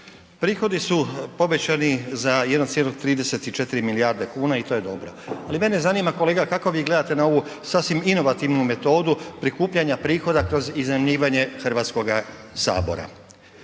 Prihodi su obećani za 1,34 milijarde kuna i to je dobro ali mene zanima kolega kako vi gledate na ovu sasvim inovativnu metodu prikupljanja prihoda kroz iznajmljivanje Hrvatskoga sabora.